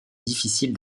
difficile